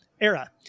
era